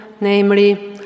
namely